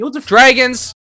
Dragons